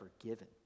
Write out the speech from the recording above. forgiven